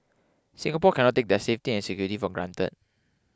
Singapore cannot take their safety and security for granted